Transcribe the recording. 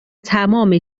تمام